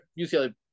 UCLA